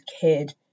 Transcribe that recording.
kid